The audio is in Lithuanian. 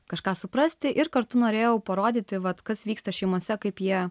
kažką suprasti ir kartu norėjau parodyti vat kas vyksta šeimose kaip jie